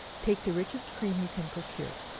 take the richest cream you can procure,